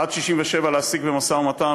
עד 67' להשיג במשא-ומתן,